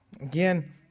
Again